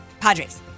Padres